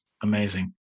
Amazing